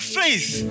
faith